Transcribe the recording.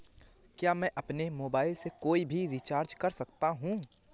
क्या मैं अपने मोबाइल से कोई भी रिचार्ज कर सकता हूँ?